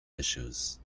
issues